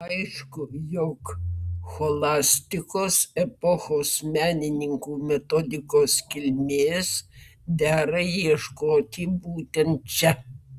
aišku jog scholastikos epochos menininkų metodikos kilmės dera ieškoti būtent čia